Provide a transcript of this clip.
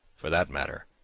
for that matter,